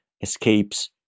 escapes